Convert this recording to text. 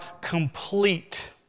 complete